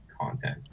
content